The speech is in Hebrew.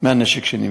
מהנשק שנמצא,